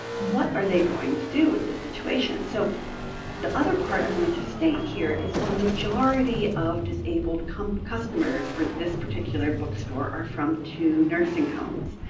what are they going to do with this situation? so the other part i want to just state here is that the majority of disabled customers for this particular bookstore are from two nursing homes.